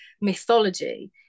mythology